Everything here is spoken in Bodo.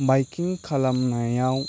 बाइकिं खालामनायाव